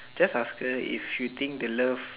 just ask her if she think the love